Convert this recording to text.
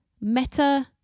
meta